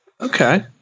Okay